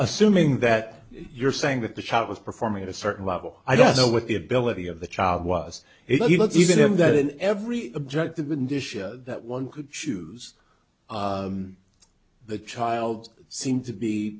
assuming that you're saying that the child was performing at a certain level i don't know what the ability of the child was if you look even in that in every objective and dishes that one could choose the child seemed to be